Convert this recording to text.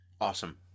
Awesome